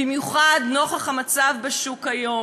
במיוחד נוכח המצב בשוק כיום.